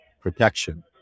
protection